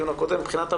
מבחינת המעסיק,